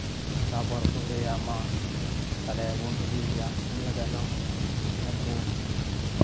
ᱛᱟᱨᱯᱚᱨ ᱠᱚ ᱞᱟᱹᱭᱟ ᱢᱟ ᱛᱟᱦᱞᱮ ᱵᱚᱱ ᱤᱫᱤᱭᱮᱭᱟ ᱤᱱᱟᱹ ᱛᱟᱭᱚᱢ ᱩᱱᱠᱩ